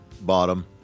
bottom